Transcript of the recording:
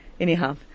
Anyhow